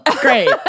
Great